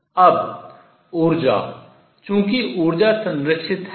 अब ऊर्जा चूंकि ऊर्जा संरक्षित है